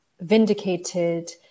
vindicated